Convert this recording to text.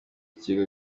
kigega